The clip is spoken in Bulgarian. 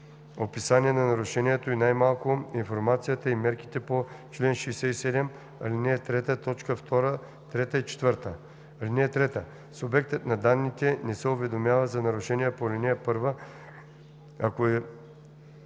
описание на нарушението и най-малко информацията и мерките по чл. 67, ал. 3, т. 2, 3 и 4. (3) Субектът на данните не се уведомява за нарушение по ал. 1, ако е